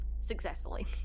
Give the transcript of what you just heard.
successfully